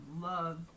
love